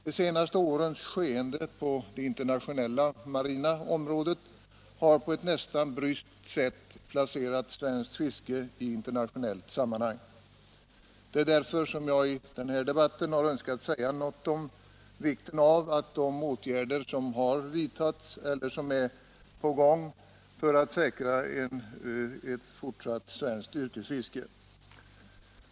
De senaste årens skeenden på det internationella marina området har på ett nästan bryskt sätt placerat svenskt fiske i internationellt sammanhang. Det är därför som jag i denna debatt önskar säga något om vikten av de åtgärder som har vidtagits eller som är på gång för att säkra ett fortsatt svenskt yrkesfiske.